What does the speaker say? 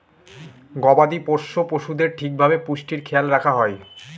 গবাদি পোষ্য পশুদের ঠিক ভাবে পুষ্টির খেয়াল রাখা হয়